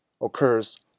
occurs